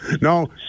No